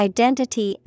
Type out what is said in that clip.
Identity